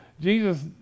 Jesus